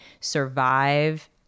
survive